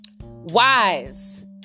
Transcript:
wise